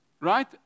Right